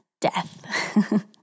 death